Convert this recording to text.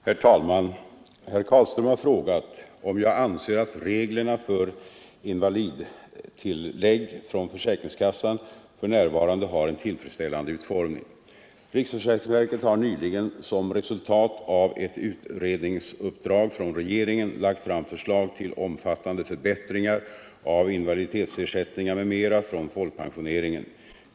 Herr talman! Herr Carlström har frågat om jag anser att reglerna för invalidtillägg från försäkringskassan för närvarande har en tillfredsställande utformning. Riksförsäkringsverket har nyligen som resultat av ett utredningsuppdrag från regeringen lagt fram förslag till omfattande förbättringar av invaliditetsersättningar m.m. från folpensioneringen.